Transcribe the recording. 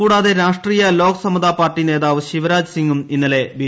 കൂടാതെ രാഷ്ട്രീയ ലോക് സമ്ദ പാർട്ടി നേതാവ് ശിവരാജ്സിങ്ങും ഇന്നലെ ബി